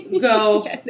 go